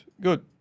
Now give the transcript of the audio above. Good